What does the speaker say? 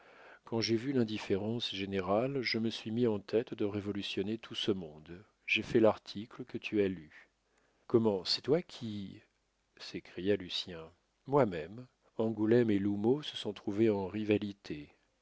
quand j'ai vu l'indifférence générale je me suis mis en tête de révolutionner tout ce monde j'ai fait l'article que tu as lu comment c'est toi qui s'écria lucien moi-même angoulême et l'houmeau se sont trouvés en rivalités